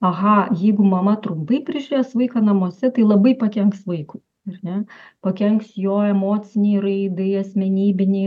aha jeigu mama trumpai prižiūrės vaiką namuose tai labai pakenks vaikui ar ne pakenks jo emocinei raidai asmenybinei